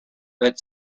that